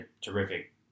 terrific